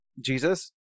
Jesus